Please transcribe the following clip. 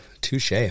Touche